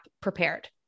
prepared